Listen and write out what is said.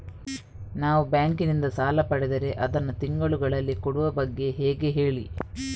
ನಾವು ಬ್ಯಾಂಕ್ ನಿಂದ ಸಾಲ ಪಡೆದರೆ ಅದನ್ನು ತಿಂಗಳುಗಳಲ್ಲಿ ಕೊಡುವ ಬಗ್ಗೆ ಹೇಗೆ ಹೇಳಿ